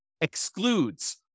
excludes